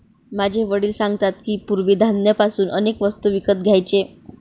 माझे वडील सांगतात की, पूर्वी धान्य पासून अनेक वस्तू विकत घ्यायचे